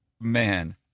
man